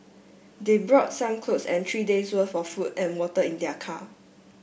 they brought some clothes and three days' worth of food and water in their car